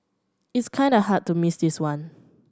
it's kinda hard to miss this one